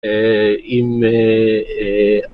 אהה, אם, אהה